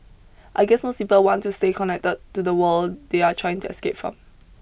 I guess most people want to stay connected to the world they are trying to escape from